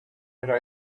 had